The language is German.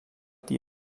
die